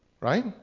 right